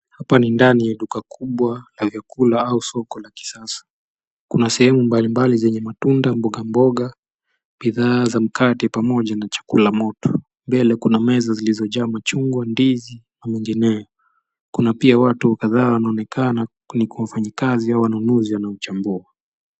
Hapa ni ndani ya duka kubwa ya vyakula au soko la kisasa. Kuna sehemu mbalimbali zenye matunda, mbogamboga, bidhaa za mkate pamoja na chakula moto. Mbele kuna meza zilizojaa machungwa ,ndizi na mengineyo . Kuna pia watu kadhaa wanaonekana kama wafanyikazi au wanunuzi wanaochambua.